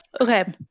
okay